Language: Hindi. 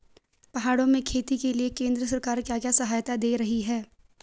पहाड़ों में खेती के लिए केंद्र सरकार क्या क्या सहायता दें रही है?